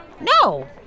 No